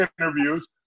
interviews